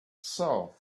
saw